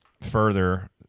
further